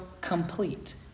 complete